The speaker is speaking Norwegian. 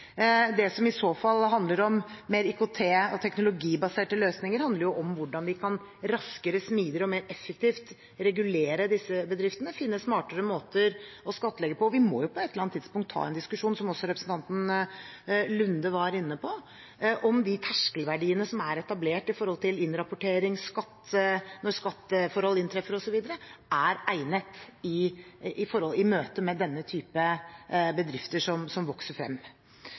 Det som i så fall handler om mer IKT- og teknologibaserte løsninger, handler om hvordan vi raskere, smidigere og mer effektivt kan regulere disse bedriftene, finne smartere måter å skattlegge på. Vi må jo på et eller annet tidspunkt ta en diskusjon, som også representanten Nordby Lunde var inne på, om de terskelverdiene som er etablert i forhold til innrapportering, når skatteforhold inntreffer osv., er egnet i møte med denne typen bedrifter som vokser frem.